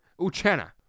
Uchenna